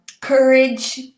courage